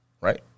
Right